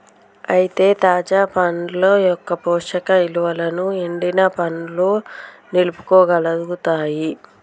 అయితే తాజా పండ్ల యొక్క పోషక ఇలువలను ఎండిన పండ్లు నిలుపుకోగలుగుతాయి